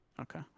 okay